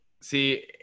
see